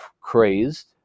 crazed